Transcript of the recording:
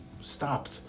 stopped